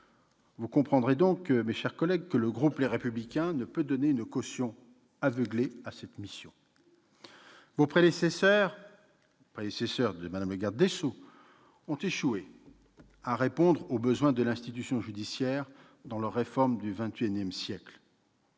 Vous comprendrez donc, mes chers collègues, que le groupe Les Républicains ne peut donner une caution aveuglée à cette mission. Les prédécesseurs de Mme la garde des sceaux ont échoué à répondre aux besoins de l'institution judiciaire dans leur réforme de modernisation